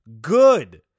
Good